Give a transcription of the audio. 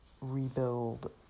rebuild